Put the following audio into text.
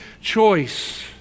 choice